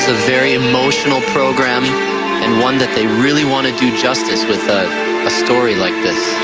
very emotional program and one that they really want to do justice with a story like this.